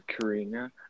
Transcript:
Karina